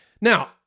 Now